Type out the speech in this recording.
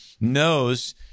knows